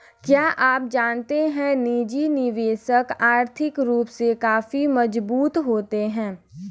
क्या आप जानते है निजी निवेशक आर्थिक रूप से काफी मजबूत होते है?